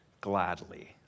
gladly